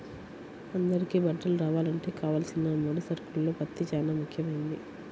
అందరికీ బట్టలు రావాలంటే కావలసిన ముడి సరుకుల్లో పత్తి చానా ముఖ్యమైంది